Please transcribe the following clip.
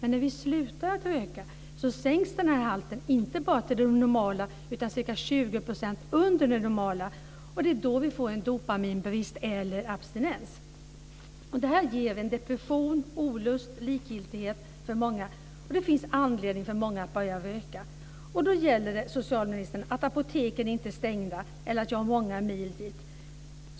När man slutar röka sänks halten, inte bara till det normala utan ca 20 % under det normala. Det är då man får en dopaminbrist eller abstinens. Det ger depression, olust, likgiltighet för många och det finns då anledning för många att börja röka. Då gäller det, socialministern, att apoteken inte är stängda eller att man har många mil dit.